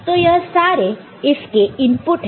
तो यह सारी इसके इनपुट है